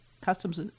customs